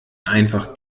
einfach